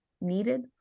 needed